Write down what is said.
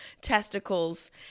testicles